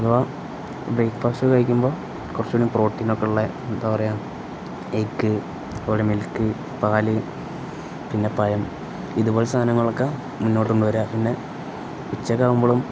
അഥവാ ബ്രേക്ക്ഫാസ്റ്റ് കഴിക്കുമ്പോള് കുറച്ചുകൂടെയും പ്രോട്ടീനൊക്കെയുള്ള എന്താ പറയുക എഗ്ഗ് അതുപോലെ മിൽക്ക് പാല് പിന്നെ പഴം ഇതുപോലത്തെ സാധനങ്ങളൊക്കെ മുന്നോട്ടു കൊണ്ടുവരിക പിന്നെ ഉച്ചയൊക്കെ ആകുമ്പോഴും